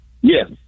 Yes